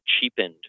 cheapened